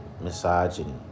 misogyny